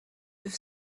have